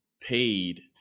paid